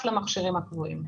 בנוסף למכשירים הקבועים.